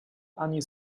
ani